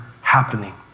happening